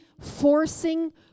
forcing